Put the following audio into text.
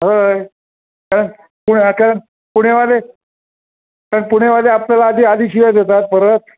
होय कारण पु कारण पुणेवाले कारण पुणेवाले आपल्याला आधी आधी शिव्या देतात परत